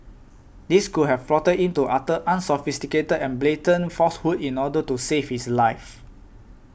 this could have prompted him to utter unsophisticated and blatant falsehoods in order to save his life